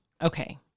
okay